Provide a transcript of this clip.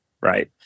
Right